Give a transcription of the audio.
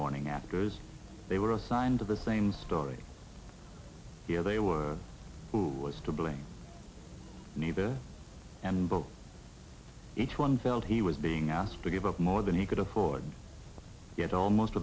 morning after they were assigned to the same story here they were who was to blame neither and but each one felt he was being asked to give up more than he could afford yet almost